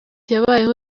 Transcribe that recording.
yabayeho